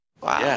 Wow